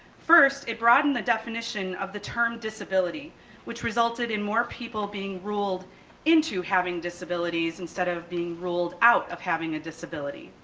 first, it broaden the definition of the term disability which results and more people being ruled into having disabilities instead of being ruled out of having a disability.